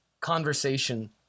conversation